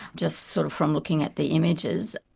just sort of from looking at the images.